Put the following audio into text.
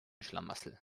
schlamassel